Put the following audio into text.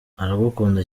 aragukunda